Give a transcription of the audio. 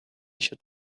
should